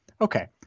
okay